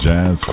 Jazz